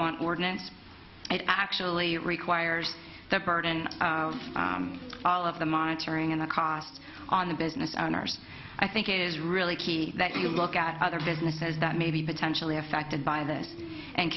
on ordinance it actually requires the burden of all of the monitoring and the cost on the business owners i think it is really key that you look at other businesses that may be potentially affected by this and